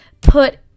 put